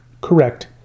correct